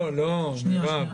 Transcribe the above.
לא, מירב.